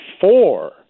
four